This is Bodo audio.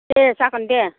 दे जागोन दे